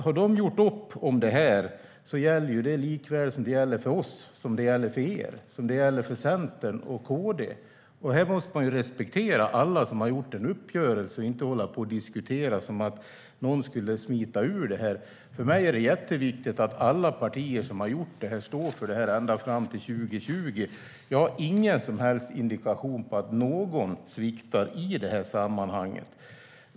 Har de gjort upp om detta gäller det likväl för dem som det gäller för oss och för er, och som det gäller för Centern och KD. Här måste man respektera alla som har gjort en uppgörelse och inte hålla på och diskutera som att någon skulle smita ur den. För mig är det jätteviktigt att alla partier som har gjort den står för det ända fram till 2020. Jag har ingen som helst indikation på att någon sviktar i sammanhanget.